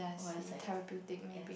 see therapeutic maybe